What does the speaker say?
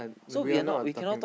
we are not on talking